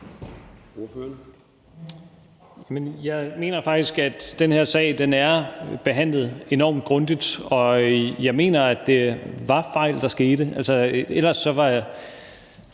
jeg mener faktisk, at den her sag er behandlet enormt grundigt, og jeg mener, at det, der skete, var en